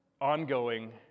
ongoing